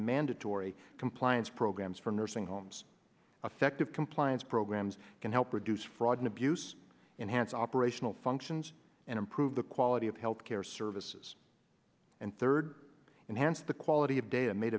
mandatory compliance programs for nursing homes effective compliance programs can help reduce fraud and abuse enhanced operational functions and improve the quality of health care services and third enhanced the quality of data made